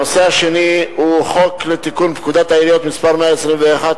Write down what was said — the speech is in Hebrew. הנושא השני הוא חוק לתיקון פקודת העיריות (מס' 121),